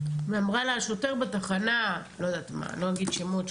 ואמרה לה: השוטר בתחנה לא אגיד שמות,